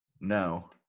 no